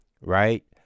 Right